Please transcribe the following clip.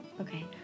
Okay